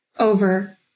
Over